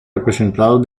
representados